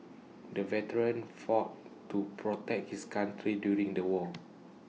the veteran fought to protect his country during the war